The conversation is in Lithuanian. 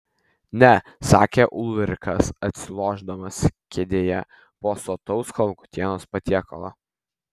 ne sakė ulrikas atsilošdamas kėdėje po sotaus kalakutienos patiekalo